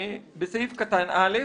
בסעיף קטן (א),